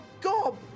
gob